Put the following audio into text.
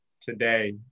today